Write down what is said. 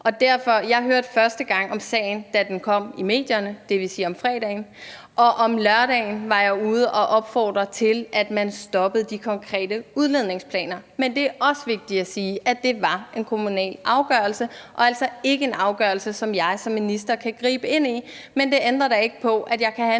Jeg hørte første gang om sagen, da den blev bragt i medierne, dvs. om fredagen, og om lørdagen var jeg ude at opfordre til, at man stoppede de konkrete udledningsplaner. Men det er også vigtigt at sige, at det var en kommunal afgørelse og altså ikke en afgørelse, som jeg som minister kunne gribe ind over for, men det ændrer da ikke på, at jeg kan have